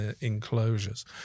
enclosures